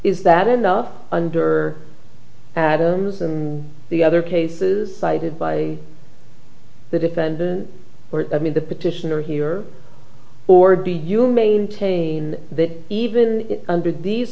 is that end up under adams and the other cases cited by the defendant or i mean the petitioner here or do you maintain that even under these